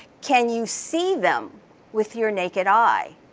can you see them with your naked eye?